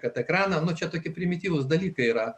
kad ekraną nuo čia tokie primityvūs dalykai yra